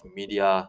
media